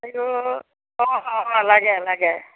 সেইটো অঁ অঁ লাগে লাগে